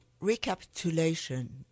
recapitulation